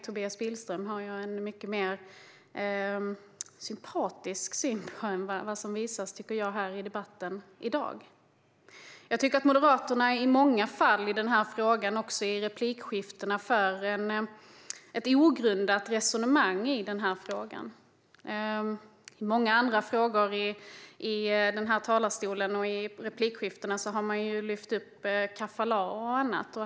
Jag har en mycket mer sympatisk bild av i synnerhet Tobias Billström än den som visas i debatten här i dag. Moderaterna för i många fall ett ogrundat resonemang i den här frågan och i replikskiftena. I många andra frågor har man i talarstolen och i replikskiftena lyft upp kafalah och annat.